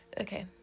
Okay